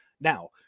Now